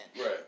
Right